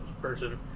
person